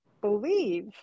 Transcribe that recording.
believe